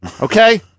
Okay